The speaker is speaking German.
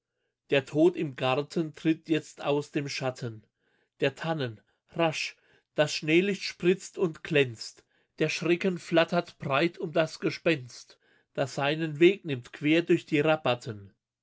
der tod im garten tritt jetzt aus dem schatten der tannen rasch das schneelicht spritzt und glänzt der schrecken flattert breit um das gespenst das seinen weg nimmt quer durch die rabatten